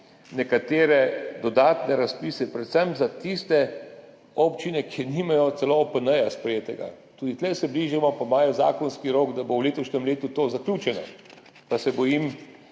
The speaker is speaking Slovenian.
nekatere dodatne razpise, predvsem za tiste občine, ki nimajo sprejetega niti OPN. Tudi tu se bližamo, pa imajo zakonski rok, da bo v letošnjem letu to zaključeno, pa se bojim,